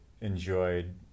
enjoyed